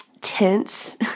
tense